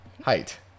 height